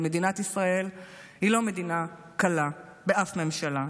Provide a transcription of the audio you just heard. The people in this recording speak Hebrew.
מדינת ישראל היא לא מדינה קלה באף ממשלה,